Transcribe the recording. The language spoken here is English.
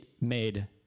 made